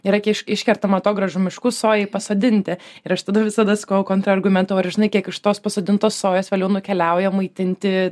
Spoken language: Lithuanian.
yra iš iškertama atogrąžų miškų sojai pasodinti ir aš tada visada sakau kontrargumentų ar žinai kiek iš tos pasodintos sojos vėliau nukeliauja maitinti